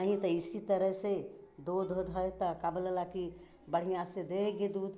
नहीं तो इसी तरह से दूध ऊध है तो का बोला ला कि बढ़िया से देगी दूध